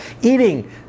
eating